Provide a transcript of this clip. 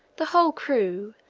the whole crew,